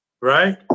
right